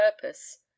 purpose